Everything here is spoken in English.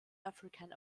african